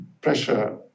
pressure